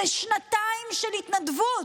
אלה שנתיים של התנדבות,